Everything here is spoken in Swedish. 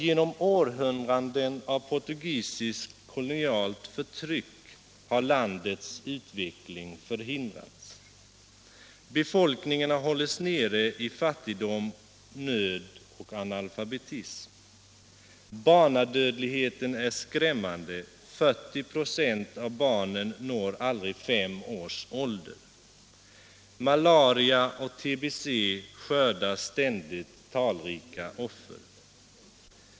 Genom århundraden av portugisiskt kolonialt förtryck har landets utveckling förhindrats. Befolkningen har hållits nere i fattigdom, nöd och analfabetism. Barnadödligheten är skrämmande — 40 4 av barnen når aldrig fem års ålder. Malaria och tbe skördar ständigt talrika offer.